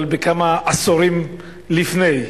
אבל בכמה עשורים לפני.